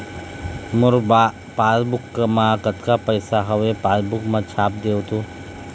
मोर passbook मा कतका पैसा हवे पासबुक मा छाप देव तो?